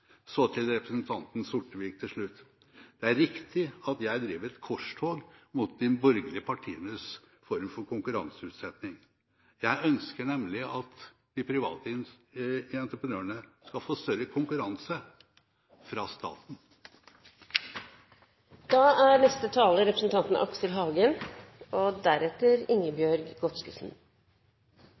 Så til representanten Sortevik til slutt: Det er riktig at jeg driver et korstog mot de borgerlige partienes form for konkurranseutsetting. Jeg ønsker nemlig at de private entreprenørene skal få større konkurranse – fra